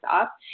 up